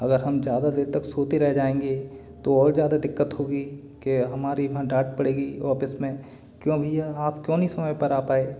अगर हम ज़्यादा देर तक सोते रह जाएँगे तो और ज़्यादा दिक्कत होगी कि हमारी वहाँ डाट पड़ेगी ऑफिस में क्यों भैया आप क्यों नहीं समय पर आ पाए